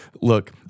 Look